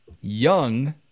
young